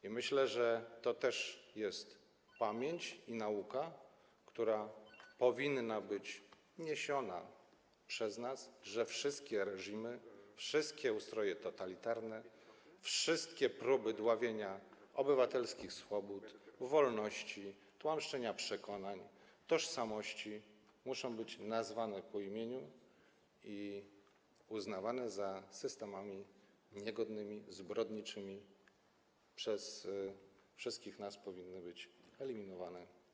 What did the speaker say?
I myślę, że to też jest pamięć i nauka, która powinna być niesiona przez nas, że wszystkie reżimy, wszystkie ustroje totalitarne, wszystkie próby dławienia obywatelskich swobód, wolności, tłamszenia przekonań, tożsamości muszą być nazwane po imieniu i uznawane za systemy niegodne, zbrodnicze, powinny być przez wszystkich nas eliminowane.